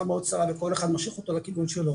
מאוד צרה וכל אחד מושך אותה לכיוון שלו.